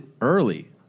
early